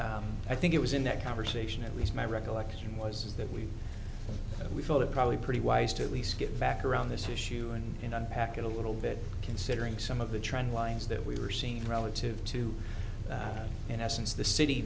but i think it was in that conversation at least my recollection was that we we thought it probably pretty wise to at least get back around this issue and you know unpack it a little bit considering some of the trend lines that we were seen relative to that in essence the city